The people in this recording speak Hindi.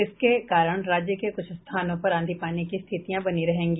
इसके कारण राज्य में कुछ स्थानों पर आंधी पानी की स्थितियां बनी रहेंगी